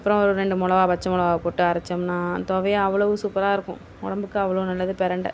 அப்புறம் ஒரு ரெண்டு மிளகா பச்சை மிளகா போட்டு அரைச்சோம்னா துவைய அவ்வளோ சூப்பராயிருக்கும் உடம்புக்கு அவ்வளோ நல்லது பிரண்ட